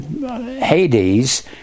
Hades